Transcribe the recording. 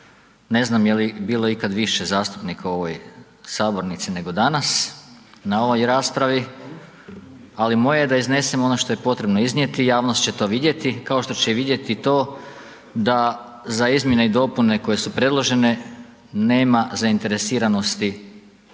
ne znam je li bilo ikad više zastupnika u ovoj sabornici nego danas na ovoj raspravi, ali moje je da iznesem ono što je potrebno iznijeti, javnost će to vidjeti, kao što će i vidjeti to da izmjene i dopune koje su predložene nema zainteresiranosti